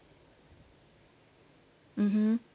mmhmm